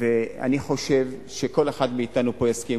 ואני חושב שכל אחד מאתנו פה יסכים,